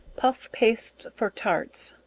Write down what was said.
puff pastes for tarts.